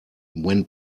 when